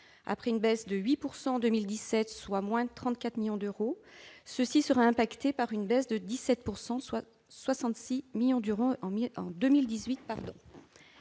Après une baisse de 8 % en 2017, soit 34 millions d'euros, ceux-ci seraient ainsi impactés par une baisse de 17 %, soit 66 millions d'euros en 2018.